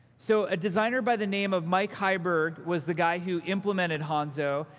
so, a designer by the name of mike heiberg was the guy who implemented hanzo.